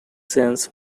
sense